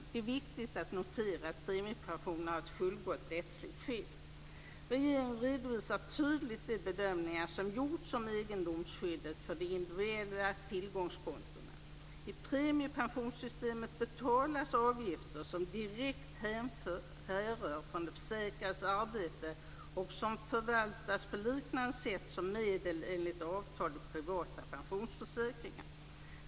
Det är viktigt att notera att premiepensionerna har ett fullgott rättsligt skydd. Regeringen redovisar tydligt de bedömningar som gjorts om egendomsskyddet för de individuella tillgångskontona. I premiepensionssystemet betalas avgifter som direkt härrör från den försäkrades arbete och som förvaltas på liknande sätt som medel enligt avtal i privata pensionsförsäkringar.